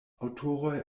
aŭtoroj